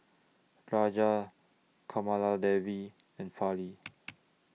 Rajan Kamaladevi and Fali